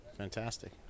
Fantastic